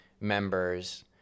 members